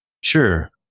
Sure